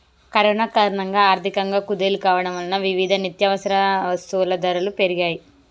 corona కారణంగా ఆర్థికంగా కుదేలు కావడం వలన వివిధ నిత్యవసర వస్తువుల ధరలు పెరిగాయ్